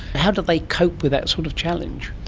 how do they cope with that sort of challenge?